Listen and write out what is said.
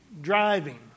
driving